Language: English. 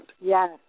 Yes